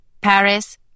Paris